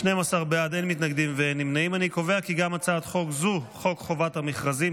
אנחנו נעבור כעת להצביע על הצעת חוק חובת המכרזים